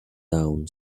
down